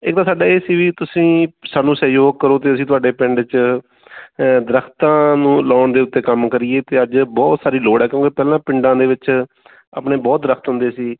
ਇੱਕ ਤਾਂ ਸਾਡਾ ਇਹ ਸੀ ਵੀ ਤੁਸੀਂ ਸਾਨੂੰ ਸਹਿਯੋਗ ਕਰੋ ਅਤੇ ਅਸੀਂ ਤੁਹਾਡੇ ਪਿੰਡ 'ਚ ਦਰੱਖਤਾਂ ਨੂੰ ਲਗਾਉਣ ਦੇ ਉੱਤੇ ਕੰਮ ਕਰੀਏ ਅਤੇ ਅੱਜ ਬਹੁਤ ਸਾਰੀ ਲੋੜ ਹੈ ਕਿਉਂਕਿ ਪਹਿਲਾਂ ਪਿੰਡਾਂ ਦੇ ਵਿੱਚ ਆਪਣੇ ਬਹੁਤ ਦਰੱਖਤ ਹੁੰਦੇ ਸੀ